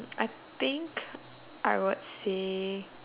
I think I would say